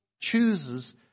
chooses